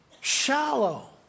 Shallow